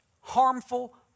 harmful